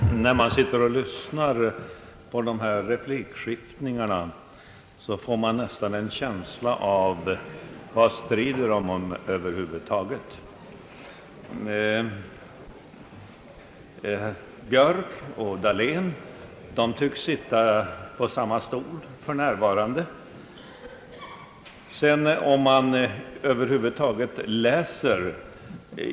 ..Herr talman! När man sitter och lyssnar på de här replikskiftningarna frestas man nästan att fråga: Vad strider de över huvud taget om? Herr Björk och herr Dahlén tycks sitta på samma stol för närvarande. Om man läser såväl utskottsutlåtanden.